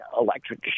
electric